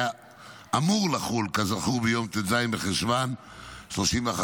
אמור לחול כזכור ביום ט"ז בחשוון התשפ"ד,